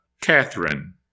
Catherine